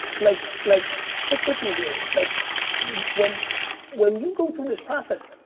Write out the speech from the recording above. like like stick with me here. like when when you go through this process,